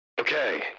Okay